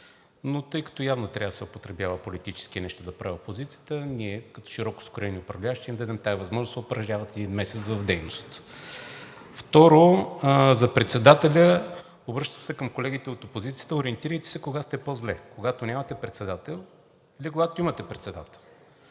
Но тъй като явно трябва да се употребява политически нещо да прави опозицията, ние като широкоскроени управляващи ще им дадем тази възможност да се упражняват един месец в дейност. Второ, за председателя. Обръщам се към колегите от опозицията, ориентирайте се кога сте по-зле – когато нямате председател, или когато имате председател?